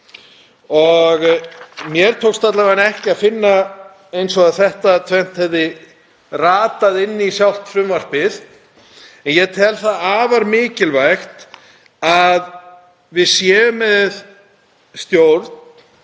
Mér tókst alla vega ekki að finna að þetta tvennt hefði ratað inn í sjálft frumvarpið en ég tel afar mikilvægt að við séum með stjórn